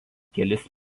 kelis